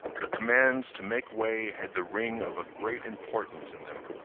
the commands to make way had the ring of a great importance in them.